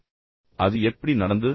எனவே அது எப்படி நடந்தது